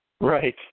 Right